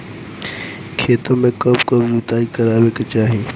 खेतो में कब कब जुताई करावे के चाहि?